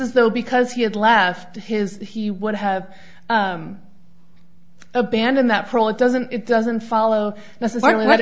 as though because he had left his he would have abandoned that for all it doesn't it doesn't follow necessarily what